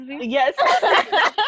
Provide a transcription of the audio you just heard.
Yes